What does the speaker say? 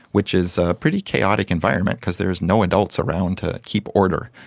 which is a pretty chaotic environment because there's no adults around to keep order.